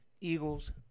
Eagles